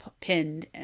pinned